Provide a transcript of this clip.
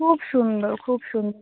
খুব সুন্দর খুব সুন্দর